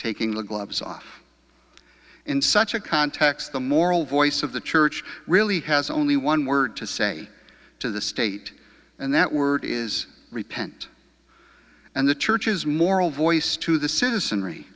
taking the gloves off in such a context the moral voice of the church really has only one word to say to the state and that word is repent and the church is moral voice to the citizenry